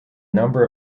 number